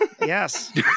Yes